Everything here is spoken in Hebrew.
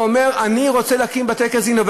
ואומר: אני רוצה להקים בתי-קזינו,